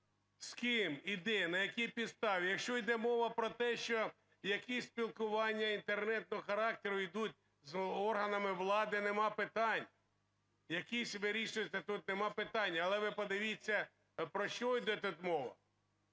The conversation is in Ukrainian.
З ким і де, на якій підставі? Якщо йде мова про те, що якісь спілкування інтернетного характеру ідуть з органами влади – нема питань, якісь вирішуєте тут, нема питань. Але ви подивіться, про що йде тут мова.